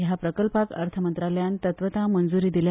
ह्या प्रकल्पाक अर्थ मंत्रालयान तत्वता मंजुरी दिल्या